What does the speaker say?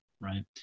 right